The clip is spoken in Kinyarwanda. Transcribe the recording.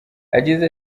yagize